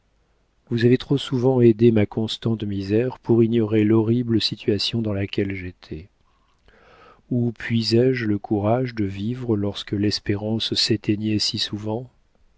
vous avez trop souvent aidé ma constante misère pour ignorer l'horrible situation dans laquelle j'étais où puisai je le courage de vivre lorsque l'espérance s'éteignait si souvent